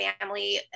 family